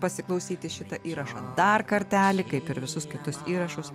pasiklausyti šitą įrašą dar kartelį kaip ir visus kitus įrašus